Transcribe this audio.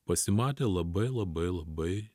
pasimatė labai labai labai